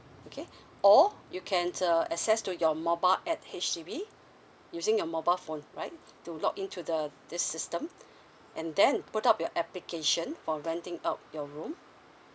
okay or you can uh access to your mobile at H_D_B using your mobile phone right to login to the this system and then put up your application for renting out your room